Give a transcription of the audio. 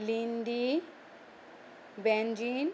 Lindi Beijing